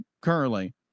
currently